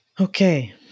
Okay